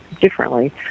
differently